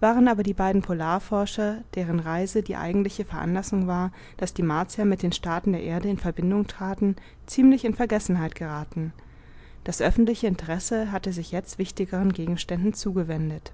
waren aber die beiden polarforscher deren reise die eigentliche veranlassung war daß die martier mit den staaten der erde in verbindung traten ziemlich in vergessenheit geraten das öffentliche interesse hatte sich jetzt wichtigeren gegenständen zugewendet